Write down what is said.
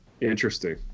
Interesting